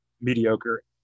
mediocre